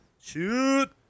Shoot